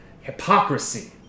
hypocrisy